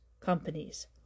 companies